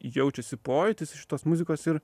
jaučiasi pojūtis iš šitos muzikos ir